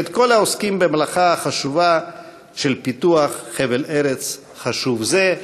ואת כל העוסקים במלאכה החשובה של פיתוח חבל ארץ חשוב זה.